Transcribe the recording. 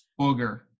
Booger